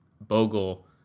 bogle